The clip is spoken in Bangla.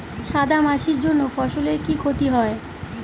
সাদা মাছির জন্য ফসলের কি ক্ষতি হয়?